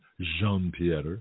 Jean-Pierre